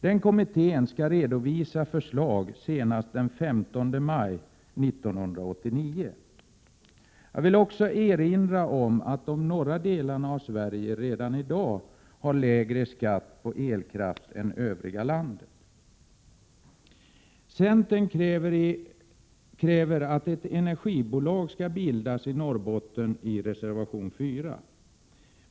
Den kommittén skall redovisa förslag senast den 15 maj 1989. Jag vill erinra om att de norra delarna av Sverige redan i dag betalar mindre skatt på elkraften än övriga landet. Centern kräver i reservation 4 att ett energibolag skall bildas i Norrbotten.